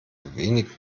wenig